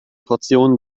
portion